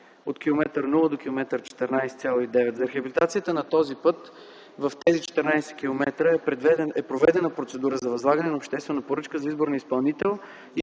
от километър 0 до километър 14,9. За рехабилитацията на този път в тези 14 километра е проведена процедура за възлагане на обществена поръчка за избор на изпълнител